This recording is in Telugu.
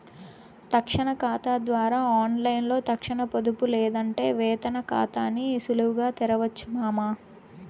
తక్షణ కాతా ద్వారా ఆన్లైన్లో తక్షణ పొదుపు లేదంటే వేతన కాతాని సులువుగా తెరవొచ్చు మామా